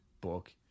book